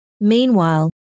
Meanwhile